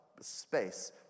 space